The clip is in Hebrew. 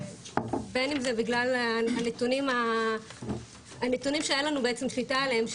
בין אם זה בגלל הנתונים שאין לנו בעצם שליטה עליהם,